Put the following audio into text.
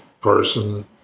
person